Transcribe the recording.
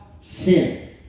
sin